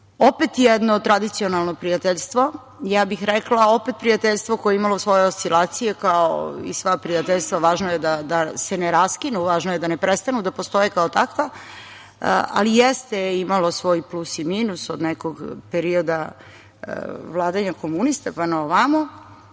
Opet jedno tradicionalno prijateljstvo, ja bih rekla, opet prijateljstvo koje je imalo svoje oscilacije, kao i sva prijateljstva. Važno je da se ne raskinu, važno je da ne prestanu da postoje kao takva, ali jeste imalo svoj plus i minus od nekog perioda vladanja komunista pa naovamo.